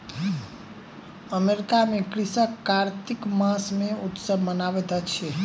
America में कृषक कार्तिक मास मे उत्सव मनबैत अछि